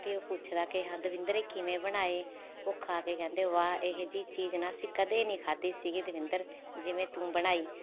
ਅਤੇ ਉਹ ਪੁੱਛਦਾ ਕਿ ਹਾਂ ਦਵਿੰਦਰ ਇਹ ਕਿਵੇਂ ਬਣਾਏ ਉਹ ਖਾ ਕੇ ਕਹਿੰਦੇ ਵਾਹ ਇਹੋ ਜਿਹੀ ਚੀਜ਼ ਨਾ ਅਸੀਂ ਕਦੇ ਨਹੀਂ ਖਾਧੀ ਸੀਗੀ ਦਵਿੰਦਰ ਜਿਵੇਂ ਤੂੰ ਬਣਾਈ